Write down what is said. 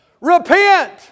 Repent